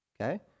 okay